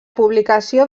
publicació